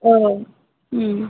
औ